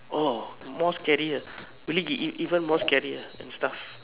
orh more scarier will it get even even more scarier and stuff